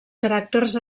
caràcters